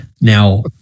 Now